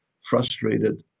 frustrated